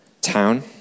town